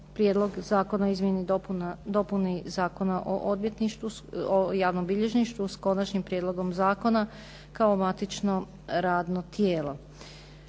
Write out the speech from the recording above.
Prijedlog zakona o izmjeni i dopuni Zakona o javnom bilježništvu s konačnim prijedlogom zakona kao matično radno tijelo.